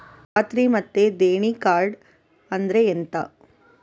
ಖಾತ್ರಿ ಮತ್ತೆ ದೇಣಿ ಕಾರ್ಡ್ ಅಂದ್ರೆ ಎಂತ?